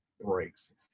breaks